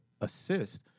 assist